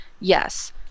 Yes